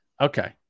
Okay